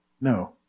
No